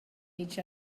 each